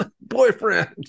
boyfriend